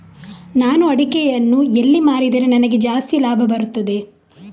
ನಾನು ಅಡಿಕೆಯನ್ನು ಎಲ್ಲಿ ಮಾರಿದರೆ ನನಗೆ ಜಾಸ್ತಿ ಲಾಭ ಬರುತ್ತದೆ?